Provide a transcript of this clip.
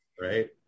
Right